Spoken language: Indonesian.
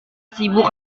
sibuk